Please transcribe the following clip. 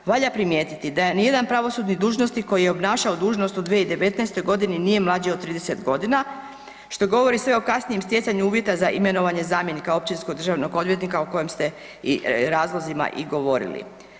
Valja primijetiti da nijedan pravosudni dužnosnik koji je obnašao dužnost od 2019.g. nije mlađi od 30 godina što govori o sve o kasnijem stjecanju uvjeta za imenovanje zamjenika općinskog državnog odvjetnika o kojim ste razlozima i govorili.